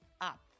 up